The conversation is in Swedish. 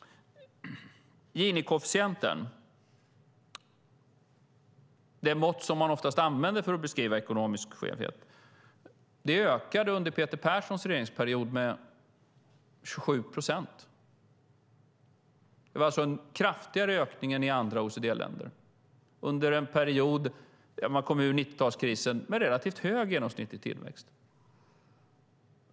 Gini-kofficienten, det mått som man oftast använder för att beskriva ekonomisk skevhet, ökade under den period då Peter Perssons parti regerade med 27 procent. Det var alltså en kraftigare ökning än i andra OECD-länder under en period då man kom ur 90-talskrisen med en relativt hög genomsnittlig tillväxt.